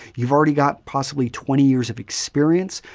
you've already got possibly twenty years of experience,